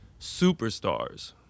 superstars